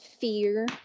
fear